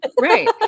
right